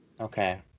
Okay